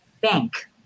bank